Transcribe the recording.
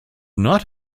not